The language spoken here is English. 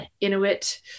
Inuit